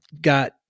got